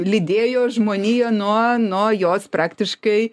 lydėjo žmoniją nuo nuo jos praktiškai